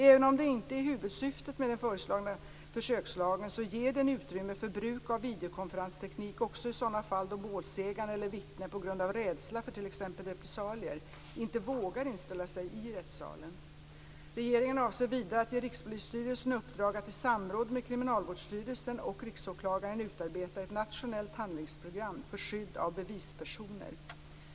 Även om det inte är huvudsyftet med den föreslagna försökslagen, så ger den utrymme för bruk av videokonferensteknik också i sådana fall då målsägande eller vittnen på grund av rädsla för t.ex. repressalier inte vågar inställa sig i rättssalen. Regeringen avser vidare att ge Rikspolisstyrelsen i uppdrag att i samråd med Kriminalvårdsstyrelsen och Riksåklagaren utarbeta ett nationellt handlingsprogram för skydd av bevispersoner.